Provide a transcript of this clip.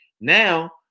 Now